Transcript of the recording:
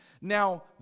Now